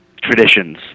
traditions